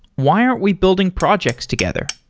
why aren't we building projects together?